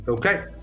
Okay